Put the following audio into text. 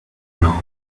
now